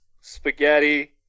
spaghetti